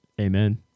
amen